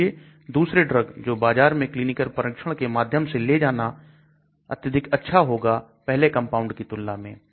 इसलिए दूसरे ड्रग को बाजार में क्लीनिकल परीक्षण के माध्यम से ले जाना अत्यधिक अच्छा होगा पहले कंपाउंड की तुलना में